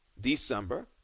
December